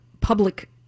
public